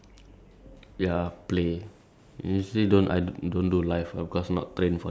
ya somehow like usher and like okay when the tram starts to move like around the park right